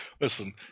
Listen